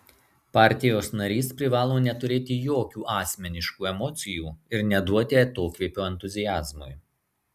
partijos narys privalo neturėti jokių asmeniškų emocijų ir neduoti atokvėpio entuziazmui